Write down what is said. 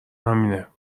همینه